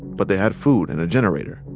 but they had food and a generator.